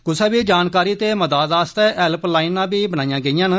कुसै बी जानकारी ते मदाद आस्तै हैल्पलाईनां बी बनाइयां गेइयां न